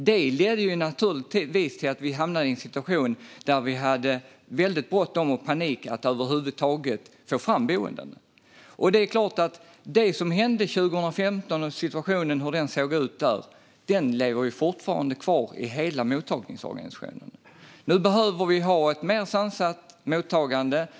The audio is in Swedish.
Då hamnade vi i en paniksituation vad gällde att få fram boenden. Det som hände 2015 lever fortfarande kvar i hela mottagningsorganisationen. Nu behöver vi ha ett mer sansat mottagande.